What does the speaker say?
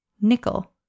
nickel